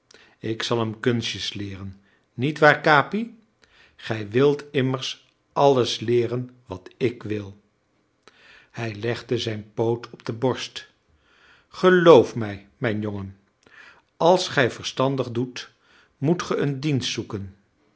ik zal hem kunstjes leeren niet waar capi gij wilt immers alles leeren wat ik wil hij legde zijn poot op de borst geloof mij mijn jongen als gij verstandig doet moet ge een dienst zoeken